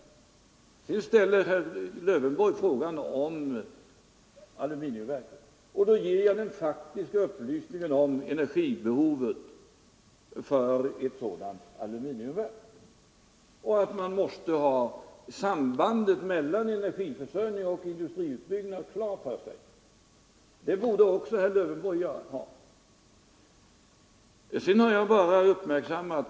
Sedan ställer herr Lövenborg frågan om aluminiumverket. Då ger jag den faktiska upplysningen om energibehovet för ett sådant aluminiumverk och förklarar att man måste ha sambandet mellan energiförsörjning och industriutbyggnad klart för sig. Det borde också herr Lövenborg ha.